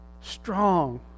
strong